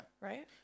Right